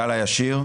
המעגל הישיר: